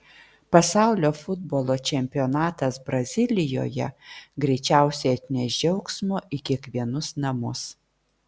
pasaulio futbolo čempionatas brazilijoje greičiausiai atneš džiaugsmo į kiekvienus namus